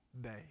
day